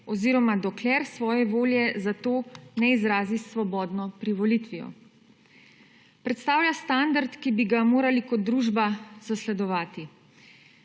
oziroma dokler svoje volje za to ne izrazi s svobodno privolitvijo. Predstavlja standard, ki bi ga morali kot družba zasledovati.